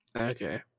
Okay